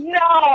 no